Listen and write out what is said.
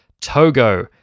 Togo